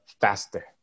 faster